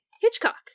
Hitchcock